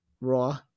Raw